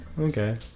Okay